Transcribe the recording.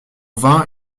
vain